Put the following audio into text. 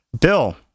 Bill